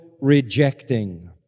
rejecting